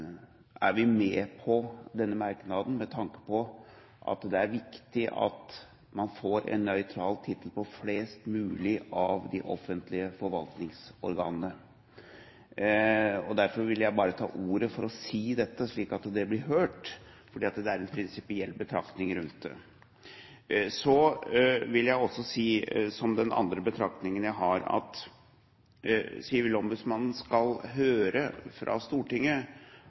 er viktig at man får en nøytral tittel på flest mulig av de offentlige forvaltningsorganene. Jeg ville bare ta ordet for å si dette, slik at det blir hørt, for det er en prinsipiell betraktning rundt det. Så vil jeg også si, som den andre betraktningen jeg har, at sivilombudsmannen skal høre fra Stortinget